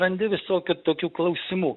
randi visokių tokių klausimų